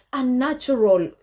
unnatural